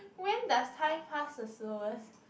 when does time past the slowest